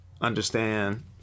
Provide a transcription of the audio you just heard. understand